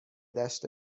دشت